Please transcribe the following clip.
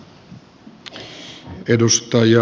arvoisa puhemies